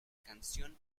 canción